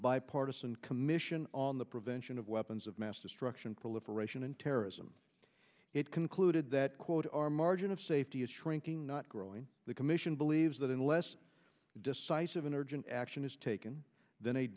bipartisan commission on the prevention of weapons of mass destruction proliferation and terrorism it concluded that quote our margin of safety is shrinking not growing the commission believes that unless decisive an urgent action is taken then